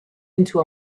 into